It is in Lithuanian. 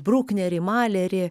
bruknerį malerį